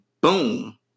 boom